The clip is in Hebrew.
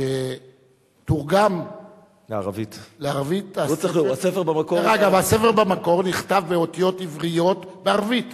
שתורגם לערבית הספר, הספר במקור הוא בערבית.